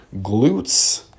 glutes